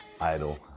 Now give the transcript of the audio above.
Idol